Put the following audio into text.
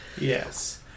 Yes